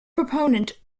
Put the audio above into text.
proponent